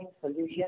solution